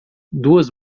duas